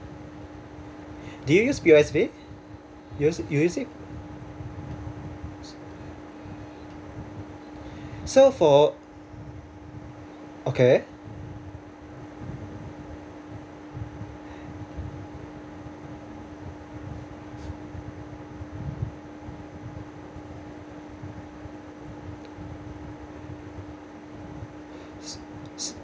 do you use P_O_S_B you you use it so for okay